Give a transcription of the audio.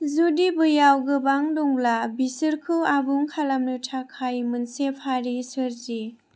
जुदि बैयाव गोबां दंब्ला बिसोरखौ आबुं खालामनो थाखाय मोनसे फारि सोरजि